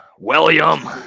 William